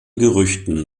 gerüchten